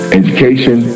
education